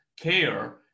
care